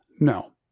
No